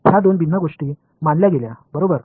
या दोन भिन्न गोष्टी मानल्या गेल्या बरोबर